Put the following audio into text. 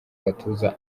gatuza